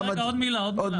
רגע, עוד מילה.